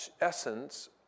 essence